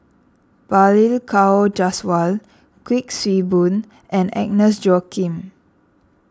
Balli Kaur Jaswal Kuik Swee Boon and Agnes Joaquim